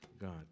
God